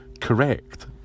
correct